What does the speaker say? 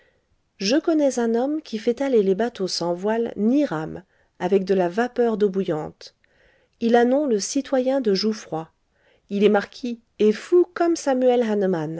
je connais un homme qui fait aller les bateaux sans voiles ni rames avec de la vapeur d'eau bouillante il a nom le citoyen de joufroy il est marquis et fou comme samuel